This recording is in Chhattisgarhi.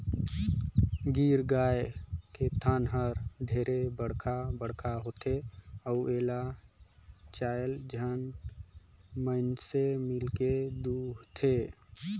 गीर गाय के थन हर ढेरे बड़खा बड़खा होथे अउ एला चायर झन मइनसे मिलके दुहथे